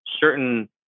certain